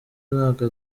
nabwo